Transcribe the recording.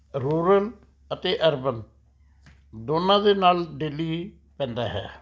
rural ਅਤੇ urban ਦੋਨਾਂ ਦੇ ਨਾਲ ਡੇਲੀ ਪੈਂਦਾ ਹੈ